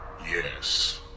Yes